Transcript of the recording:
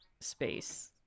space